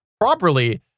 properly